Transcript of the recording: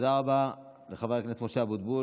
תודה רבה לחבר הכנסת משה אבוטבול.